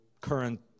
current